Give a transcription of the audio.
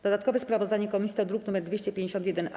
Dodatkowe sprawozdanie komisji to druk nr 251-A.